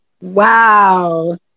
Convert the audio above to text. Wow